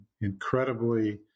incredibly